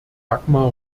dagmar